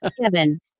Kevin